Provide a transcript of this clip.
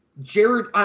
Jared